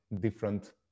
different